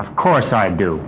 of course i do